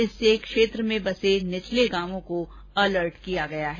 इससे क्षेत्र में बसे निचले गांवों को अलर्ट किया गया है